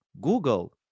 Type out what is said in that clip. Google